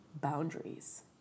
boundaries